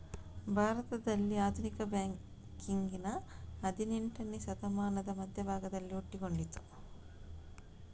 ಭಾರತದಲ್ಲಿ ಆಧುನಿಕ ಬ್ಯಾಂಕಿಂಗಿನ ಹದಿನೇಂಟನೇ ಶತಮಾನದ ಮಧ್ಯ ಭಾಗದಲ್ಲಿ ಹುಟ್ಟಿಕೊಂಡಿತು